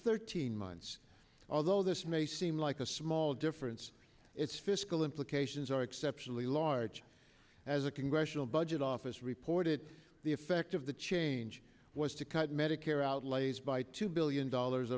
thirteen months although this may seem like a small difference its fiscal implications are exceptionally large as a congressional budget it office reported the effect of the change was to cut medicare outlays by two billion dollars